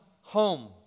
home